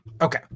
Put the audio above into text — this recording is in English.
Okay